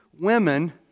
women